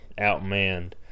outmanned